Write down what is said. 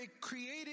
created